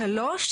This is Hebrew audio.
שלוש,